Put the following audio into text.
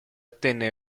ottenne